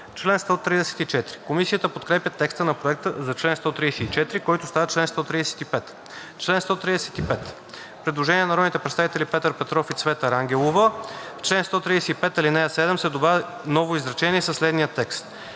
съответно.“ Комисията подкрепя текста на Проекта за чл. 134, който става чл. 135. По чл. 135 има предложение на народните представители Петър Петров и Цвета Рангелова: „В чл. 135, алинея 7 се добавя ново изречение със следния текст: